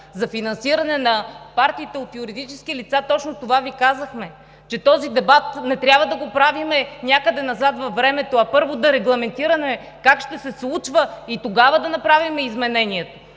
за финансиране на партиите от юридически лица, точно това Ви казахме, че този дебат не трябва да го правим някъде назад във времето, а първо да регламентираме как ще се случва и тогава да направим изменението.